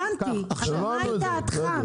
הבנתי, אבל מה דעתך?